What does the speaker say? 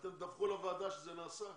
--- ואתם תדווחו לוועדה שזה נעשה?